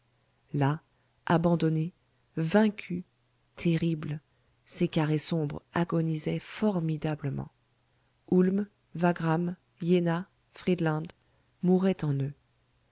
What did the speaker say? là abandonnés vaincus terribles ces carrés sombres agonisaient formidablement ulm wagram iéna friedland mouraient en eux